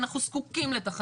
אנחנו פותחים את הישיבה.